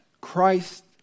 Christ